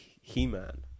He-Man